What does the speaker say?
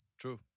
True